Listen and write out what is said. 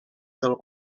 del